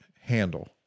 handle